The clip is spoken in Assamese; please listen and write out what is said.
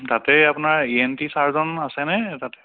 তাতে আপোনাৰ ই এন টি চাৰ্জন আছেনে তাতে